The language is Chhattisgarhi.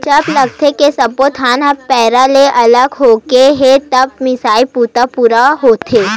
जब लागथे के सब्बो धान ह पैरा ले अलगे होगे हे तब मिसई बूता ह पूरा होथे